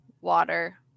water